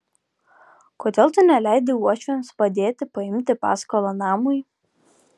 kodėl tu neleidi uošviams padėti paimti paskolą namui